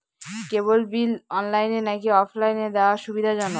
কেবল bill অনলাইনে নাকি অফলাইনে দেওয়া সুবিধাজনক?